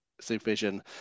supervision